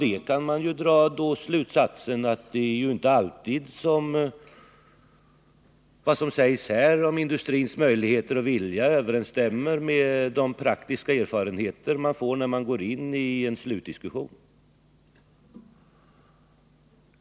Därav kan man dra slutsatsen att vad som sägs här om industrins möjligheter och vilja inte alltid överensstämmer med de praktiska erfarenheter man får när man går in i en slutdiskussion.